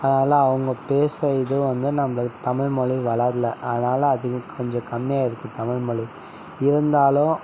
அதனால் அவங்க பேசுகிறதே வந்து நம்ம தமிழ் மொழி வளரலை அதனால் அதுக்கு கொஞ்சமாக கம்மியாக இருக்குது தமிழ்மொழி இருந்தாலும்